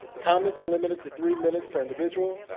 comments are limited to three minutes per individual.